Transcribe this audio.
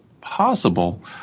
possible